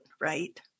right